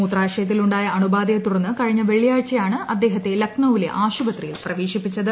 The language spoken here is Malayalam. മൂത്രാശയത്തിലുണ്ടായ അണുബാധയെ തുടർന്നു കഴിഞ്ഞ വെള്ളിയാഴ്ചയാണ് അദ്ദേഹത്തെ ലക്നൌവിലെ ആശുപത്രിയിൽ പ്രവേശിപ്പിച്ചത്